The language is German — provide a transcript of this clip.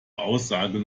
aussage